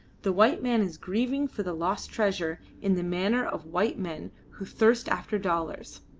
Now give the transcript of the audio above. the white man is grieving for the lost treasure, in the manner of white men who thirst after dollars.